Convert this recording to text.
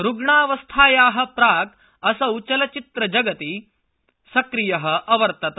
रुग्णावस्थाया प्राक् असौ चलच्चित्रजगति सक्रिय अवर्तत